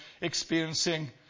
experiencing